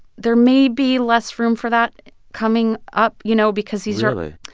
there may be less room for that coming up, you know, because these are. really?